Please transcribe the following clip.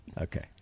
okay